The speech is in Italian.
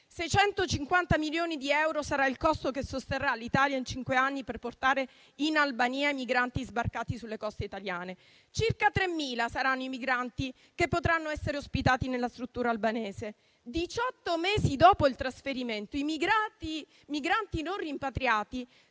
650 milioni di euro sarà il costo che sosterrà l'Italia in cinque anni per portare in Albania i migranti sbarcati sulle coste italiane; circa 3.000 saranno i migranti che potranno essere ospitati nella struttura albanese. Diciotto mesi dopo il trasferimento, i migranti non rimpatriati,